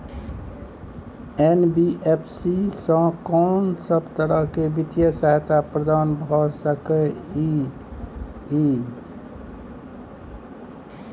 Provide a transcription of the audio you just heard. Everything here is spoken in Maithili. एन.बी.एफ.सी स कोन सब तरह के वित्तीय सहायता प्रदान भ सके इ? इ